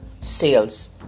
sales